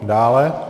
Dále.